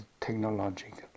technological